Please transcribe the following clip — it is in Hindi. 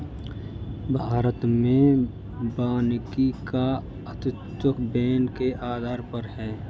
भारत में वानिकी का अस्तित्व वैन के आधार पर है